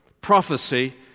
prophecy